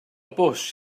bws